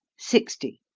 sixty.